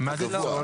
לא.